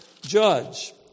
judge